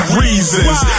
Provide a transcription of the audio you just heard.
reasons